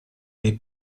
dei